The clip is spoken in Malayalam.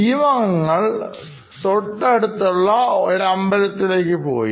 ടീമംഗങ്ങൾ തൊട്ടടുത്തുള്ള ഒരു അമ്പലത്തിലേക്ക് പോയി